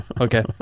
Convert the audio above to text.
Okay